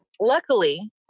Luckily